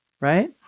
right